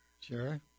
Sure